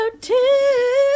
two